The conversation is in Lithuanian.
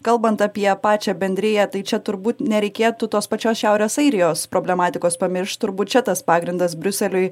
kalbant apie pačią bendriją tai čia turbūt nereikėtų tos pačios šiaurės airijos problematikos pamiršt turbūt čia tas pagrindas briuseliui